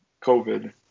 COVID